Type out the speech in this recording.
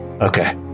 Okay